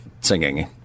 singing